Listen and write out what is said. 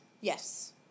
Yes